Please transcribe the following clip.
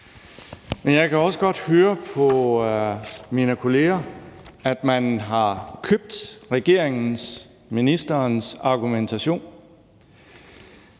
jeg kan også godt høre på mine kolleger, at man har købt regeringen og ministerens argumentation.